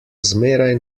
zmeraj